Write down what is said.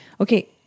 Okay